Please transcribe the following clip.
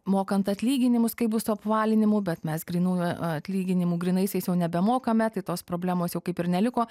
mokant atlyginimus kaip bus su apvalinimu bet mes grynųjų atlyginimų grynaisiais jau nebemokame tai tos problemos jau kaip ir neliko